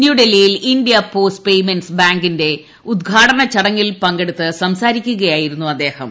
ന്യൂഡെൽഹിയിൽ India post payments ബാങ്കിന്റെ ഉദ്ഘാടന ചടങ്ങിൽ പങ്കെടുത്ത് സംസാരിക്കുകയായിരുന്നു അദ്ദേഹം